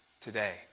today